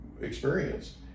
experience